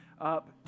up